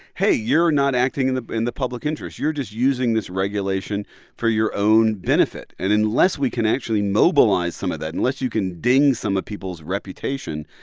hey, you're not acting in the in the public interest. you're just using this regulation for your own benefit. and unless we can actually mobilize some of that, unless you can ding some of people's reputation,